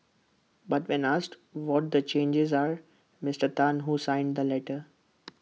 but when asked what the changes are Mister Tan who signed the letter